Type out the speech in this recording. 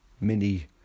mini